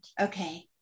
Okay